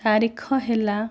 ତାରିଖ ହେଲା